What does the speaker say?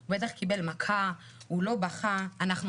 'הוא בטח קיבל מכה' 'הוא לא בכה' 'אנחנו